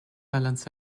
balance